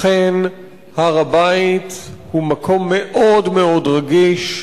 אכן הר-הבית הוא מקום מאוד רגיש,